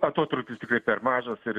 atotrūkis tikrai per mažas ir